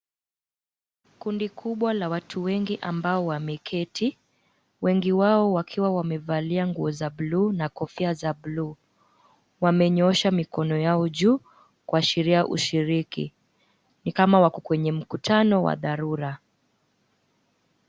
Kundi kubwa la watu wengi ambao wameketi, wengi wao wakiwa wamevalia nguo za blue na kofia za blue . Wamenyoosha mikono yao juu kuashiria ushiriki. Ni kama wako kwenye mkutano wa dharura.